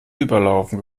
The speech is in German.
überlaufen